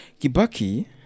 Kibaki